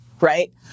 right